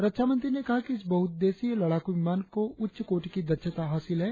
रक्षामंत्री ने कहा कि इस बहुउद्देशीय लड़ाकू विमान को उच्चकोटि की दक्षता हासिल है